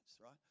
right